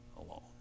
alone